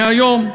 מהיום: